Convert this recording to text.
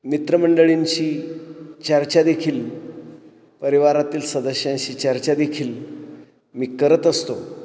मित्रमंडळींशी चर्चादेखील परिवारातील सदस्यांशी चर्चादेखील मी करत असतो